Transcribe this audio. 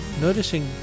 Noticing